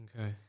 Okay